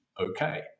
okay